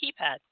keypad